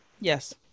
yes